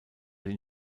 den